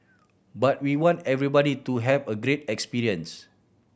but we want everybody to have a great experience